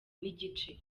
n’igice